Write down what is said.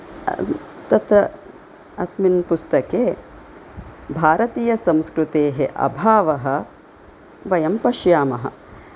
तत्र अस्मिन् पुस्तके भारतीयसंस्कृतेः अभावः वयं पश्यामः